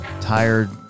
tired